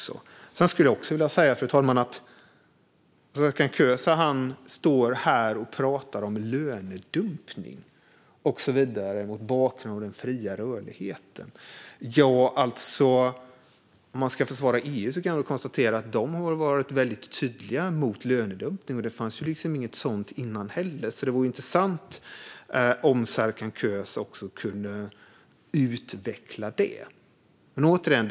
Serkan Köse står här och pratar om lönedumpning mot bakgrund av den fria rörligheten. Om man ska försvara EU så kan man väl konstatera att EU har varit väldigt tydligt emot lönedumpning. Det fanns liksom inget sådant innan heller, så det var ju inte sant. Jag skulle vilja att Serkan Köse utvecklade det.